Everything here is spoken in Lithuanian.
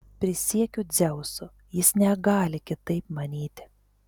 prisiekiu dzeusu jis negali kitaip manyti